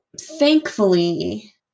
Thankfully